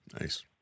Nice